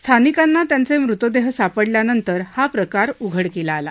स्थानिकांना त्यांचे मृतदेह सापडल्यानंतर हा प्रकार उघडकीला आला